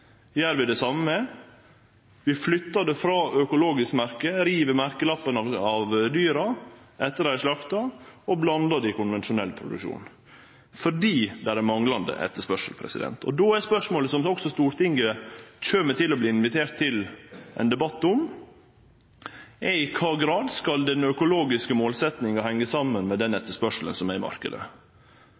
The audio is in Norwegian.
gjer vi det same med i periodar, vi flyttar det frå økologisk-merket, riv merkelappen av dyra etter at dei er slakta, og blandar det i konvensjonell produksjon – fordi det er manglande etterspørsel. Og då er spørsmålet som også Stortinget kjem til å verte invitert til ein debatt om: I kva grad skal den økologiske målsetjinga hengje saman med den etterspørselen som er i